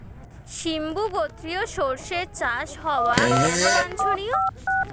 সিম্বু গোত্রীয় শস্যের চাষ হওয়া কেন বাঞ্ছনীয়?